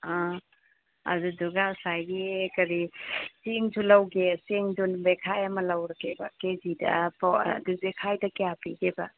ꯑꯥ ꯑꯗꯨꯗꯨꯒ ꯉꯁꯥꯏꯒꯤ ꯀꯔꯤ ꯆꯦꯡꯁꯨ ꯂꯧꯒꯦ ꯆꯦꯡꯁꯨ ꯕꯦꯈꯥꯏ ꯑꯃ ꯂꯧꯔꯒꯦꯕ ꯀꯦꯖꯤꯗ ꯑꯗꯨ ꯕꯦꯈꯥꯏꯗ ꯀꯌꯥ ꯄꯤꯕꯒꯦꯕ